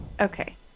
okay